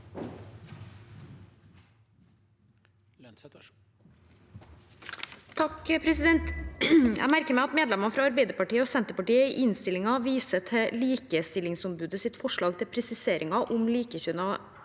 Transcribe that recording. (H) Jeg merker meg at medlemmene fra Arbeiderpartiet og Senterpartiet i innstillingen viser til Likestillingsombudets forslag til presiseringer om likekjønnede par